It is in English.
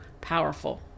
powerful